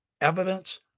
evidence